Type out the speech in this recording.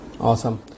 Awesome